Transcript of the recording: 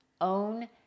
own